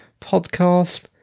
podcast